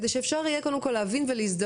כדי שאפשר יהיה קודם כל להבין ולהזדהות,